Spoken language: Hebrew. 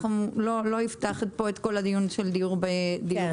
אנחנו לא נפתח פה את כל הדיון של דיור ציבורי.